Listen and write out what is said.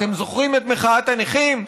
אתם זוכרים את מחאת הנכים?